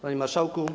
Panie Marszałku!